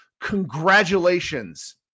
Congratulations